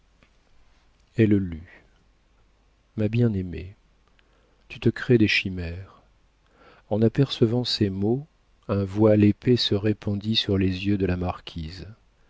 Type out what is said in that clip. elle lut ma bien-aimée tu te crées des chimères en apercevant ces mots un voile épais se répandit sur les yeux de la marquise